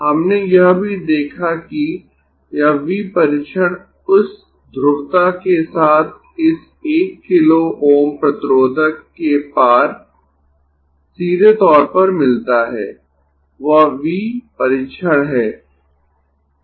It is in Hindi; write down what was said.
हमने यह भी देखा कि यह V परीक्षण इस ध्रुवता के साथ इस 1 किलो Ω प्रतिरोधक के पार सीधेतौर पर मिलता है वह V परीक्षण है